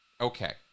Okay